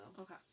Okay